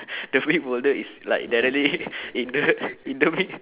the big boulder is like directly in the in the in the mid~